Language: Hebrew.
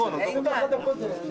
ב-18:21.